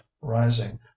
rising